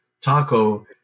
taco